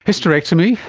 hysterectomy,